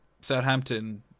Southampton